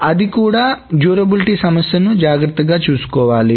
అది మన్నిక సమస్యను జాగ్రత్తగా చూసుకోవాలి